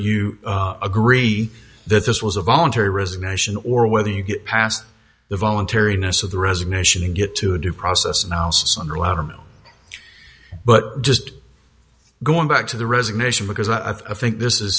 you agree that this was a voluntary resignation or whether you get past the voluntariness of the resignation and get to a due process analysis under letterman but just going back to the resignation because i think this is